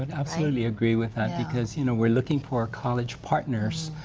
and absolutely agree with that because you know we're looking for college partners